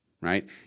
right